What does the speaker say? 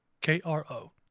K-R-O